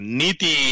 niti